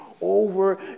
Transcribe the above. over